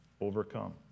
Overcome